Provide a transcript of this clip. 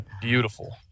Beautiful